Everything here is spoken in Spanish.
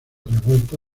revuelta